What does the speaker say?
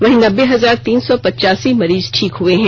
वहीं नब्बे हजार तीन सौ पचासी मरीज ठीक हुए हैं